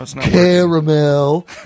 caramel